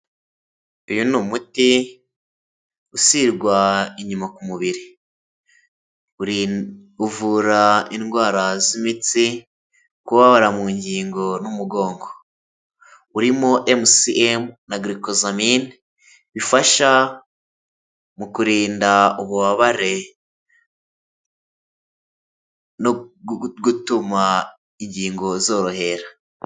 Uyu ni umuti usigwa inyuma ku mubiri. Uvura indwara z’imitsi, kubabara mu ngingo n'umugongo. Urimo emusiyemu na girikosamini, bifasha mu kurinda ububabare no gutuma ingingo zorohera.